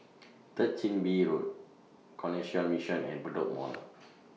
Third Chin Bee Road Canossian Mission and Bedok Mall